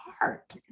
heart